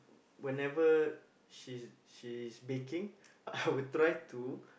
whenever she's she is baking I would try to